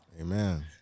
Amen